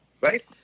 right